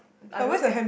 I don't have